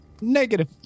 Negative